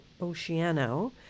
Oceano